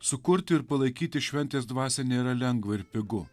sukurti ir palaikyti šventės dvasią nėra lengva ir pigu